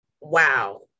wow